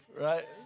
right